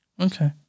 Okay